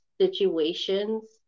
situations